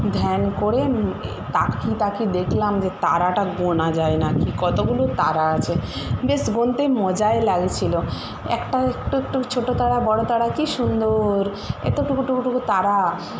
ধ্যান করে তাকিয়ে তাকিয়ে দেখলাম যে তারাটা গোনা যায় নাকি কতগুলো তারা আছে বেশ গুনতে মজাই লাগছিল একটা একটু একটু ছোট তারা বড় তারা কি সুন্দর এতটুকু টুকু টুকু তারা